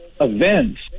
events